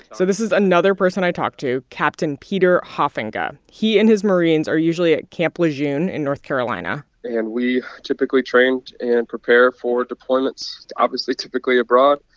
so this is another person i talked to captain peter hofinga. he and his marines are usually at camp lejeune in north carolina and we typically train and prepare for deployments obviously, typically abroad.